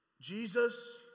Jesus